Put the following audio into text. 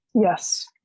Yes